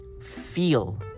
Feel